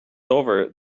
over